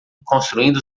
construindo